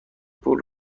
پولم